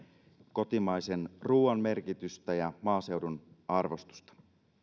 kotimaisen ruuan merkitystä ja maaseudun arvostusta